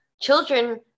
children